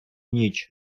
ніч